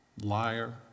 liar